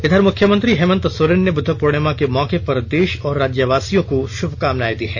इधर मुख्यमंत्री हेमंत सोरेन ने बुद्ध पूर्णिमा के मौके पर देष और राज्यवासियों को शुभकामनाएं दी है